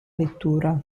lettura